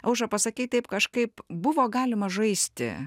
aušra pasakei taip kažkaip buvo galima žaisti